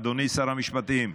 אדוני שר המשפטים,